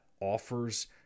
Offers